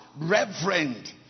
reverend